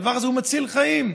הדבר הזה מציל חיים.